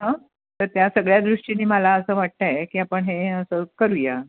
हां तर त्या सगळ्या दृष्टीने मला असं वाटत आहे की आपण हे असं करूया